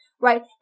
right